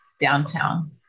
downtown